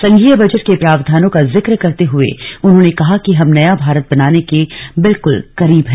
संघीय बजट के प्रावधानों का जिक्र करते हुए उन्होंने कहा कि हम नया भारत बनाने के बिल्कुल करीब हैं